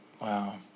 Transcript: Wow